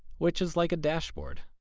which is like a dashboard.